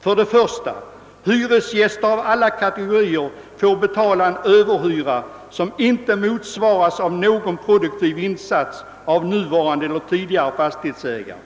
För det första får hyresgäster av alla kategorier betala en överhyra som inte motsvaras av någon produktiv insats av nuvarande eller tidigare fastighetsägare.